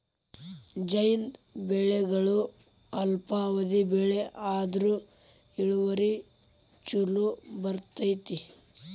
ಝೈದ್ ಬೆಳೆಗಳು ಅಲ್ಪಾವಧಿ ಬೆಳೆ ಆದ್ರು ಇಳುವರಿ ಚುಲೋ ಬರ್ತೈತಿ